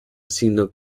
sino